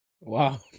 Wow